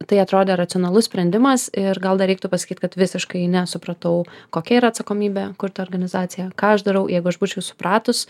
tai atrodė racionalus sprendimas ir gal dar reiktų pasakyt kad visiškai nesupratau kokia yra atsakomybė kurti organizaciją ką aš darau jeigu aš būčiau supratus